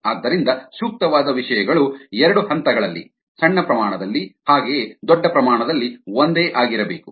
ಆದ್ದರಿಂದ ಸೂಕ್ತವಾದ ವಿಷಯಗಳು ಎರಡು ಹಂತಗಳಲ್ಲಿ ಸಣ್ಣ ಪ್ರಮಾಣದಲ್ಲಿ ಹಾಗೆಯೇ ದೊಡ್ಡ ಪ್ರಮಾಣದಲ್ಲಿ ಒಂದೇ ಆಗಿರಬೇಕು